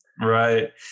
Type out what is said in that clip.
Right